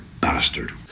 bastard